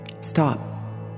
stop